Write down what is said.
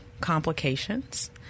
complications